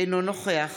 אינו נוכח